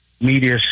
media